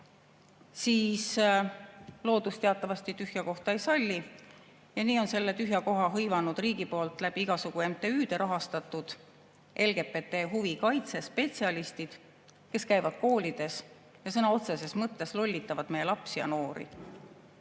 siis loodus teatavasti tühja kohta ei salli ja nii on selle tühja koha hõivanud riigi poolt läbi igasugu MTÜ-de rahastatud LGBT huvikaitse spetsialistid, kes käivad koolides ja sõna otseses mõttes lollitavad meie lapsi ja noori.